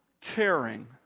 caring